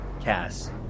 Cass